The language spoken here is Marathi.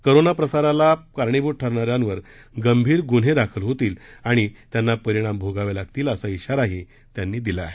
कोरोनाप्रसाराला कारणीभूत ठरणाऱ्यांवर गंभीर गुन्हे दाखल होतील आणि त्यांना परिणाम भोगावे लागतील असा श्रीाराही उपमुख्यमंत्र्यांनी दिला आहे